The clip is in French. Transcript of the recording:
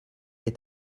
est